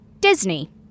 Disney